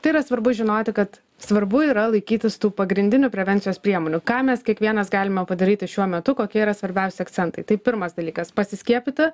tai yra svarbu žinoti kad svarbu yra laikytis tų pagrindinių prevencijos priemonių ką mes kiekvienas galime padaryti šiuo metu kokie yra svarbiausi akcentai tai pirmas dalykas pasiskiepyti